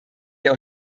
der